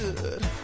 good